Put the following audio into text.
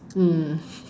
mm